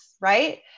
right